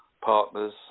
partners